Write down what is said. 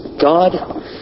God